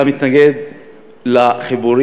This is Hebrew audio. אתה מתנגד לחיבורים,